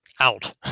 Out